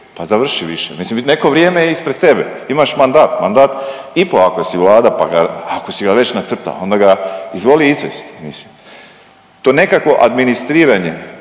pa završi više, mislim neko vrijeme je ispred tebe, imaš mandat, mandat i po ako si Vlada pa ga, ako si ga već nacrtao onda ga izvoli istrest mislim. To nekakvo administriranje